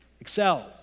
excels